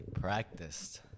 practiced